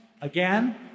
again